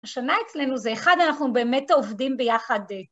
השנה אצלנו זה אחד, אנחנו באמת עובדים ביחד.